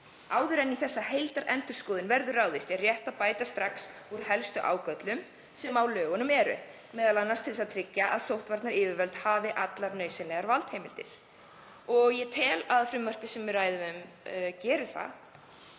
„Áður en í þessa heildarendurskoðun verður ráðist er rétt að bæta strax úr helstu ágöllum sem á lögunum eru, m.a. til að tryggja að sóttvarnayfirvöld hafi allar nauðsynlegar valdheimildir.“ Ég tel að frumvarpið sem við ræðum geri það